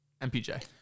MPJ